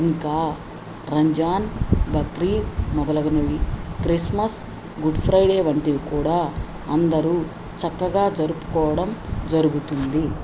ఇంకా రంజాన్ బక్రీద్ మొదలగునవి Christmas good Friday వంటివి కూడా అందరు చక్కగా జరుపుకోవడం జరుగుతుంది